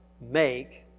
make